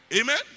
Amen